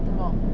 为什么